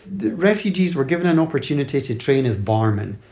the refugees were given an opportunity to train as barman,